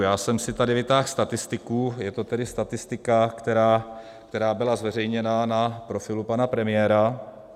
Já jsem si tady vytáhl statistiku, je to tedy statistika, která byla zveřejněna na profilu pana premiéra.